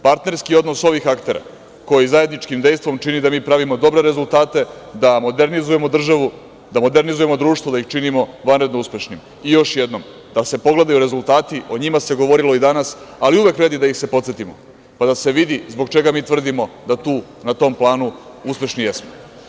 Partnerski odnos ovih aktera koji zajedničkim dejstvom čini da mi pravimo dobre rezultate, da modernizujemo državu, da modernizujemo društvo, da ih činimo vanredno uspešnim i, još jednom, da se pogledaju rezultati, o njima se govorilo i danas, ali uvek vredi da ih se podsetimo, pa da se vidi zbog čega mi tvrdimo da tu na tom planu uspešni jesmo.